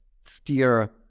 steer